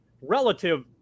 relative